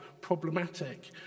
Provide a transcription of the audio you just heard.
problematic